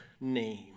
name